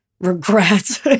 Regrets